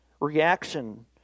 reaction